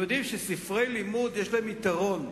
אתם יודעים שלספרי לימוד יש יתרון,